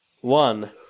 one